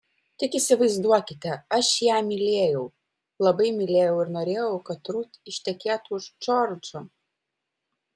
tik įsivaizduokite aš ją mylėjau labai mylėjau ir norėjau kad rut ištekėtų už džordžo